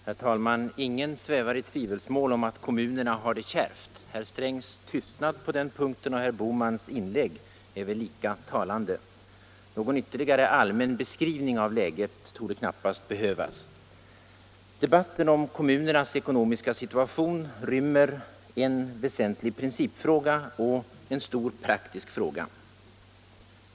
Herr talman! Ingen svävar i tvivelsmål om att kommunerna har det kärvt. Herr Strängs tystnad på den punkten och herr Bohmans inlägg är båda lika talande. Någon ytterligare allmän beskrivning av läget torde knappast behövas. Debatten om kommunernas ekonomiska situation rymmer en väsentlig principfråga och en stor praktisk fråga.